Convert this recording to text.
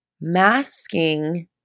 masking